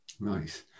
Nice